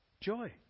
joy